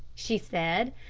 she said,